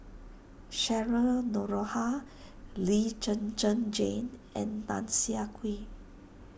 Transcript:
Cheryl Noronha Lee Zhen Zhen Jane and Tan Siah Kwee